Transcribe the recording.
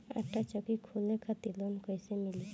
आटा चक्की खोले खातिर लोन कैसे मिली?